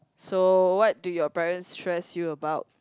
so what do your parents stress you about